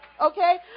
Okay